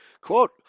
Quote